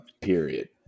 period